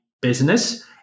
business